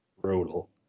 brutal